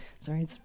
Sorry